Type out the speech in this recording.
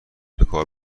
بکار